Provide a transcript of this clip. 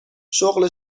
شغل